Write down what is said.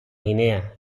guinea